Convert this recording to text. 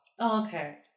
Okay